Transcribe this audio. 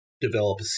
develop